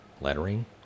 lettering